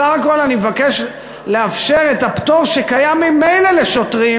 בסך הכול אני מבקש לאפשר את הפטור שקיים ממילא לשוטרים,